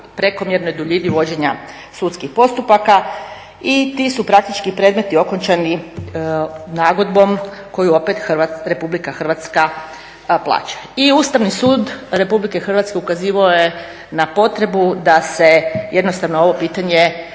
prekomjernoj duljini vođenja sudskih postupaka i ti su praktički predmeti okončani nagodbom koju opet Republika Hrvatska plaća. I Ustavni sud Republike Hrvatske ukazivao je na potrebu da se jednostavno ovo pitanje